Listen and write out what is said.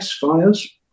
FIRES